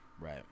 right